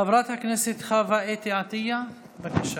חברות הכנסת חוה אתי עטייה, בבקשה.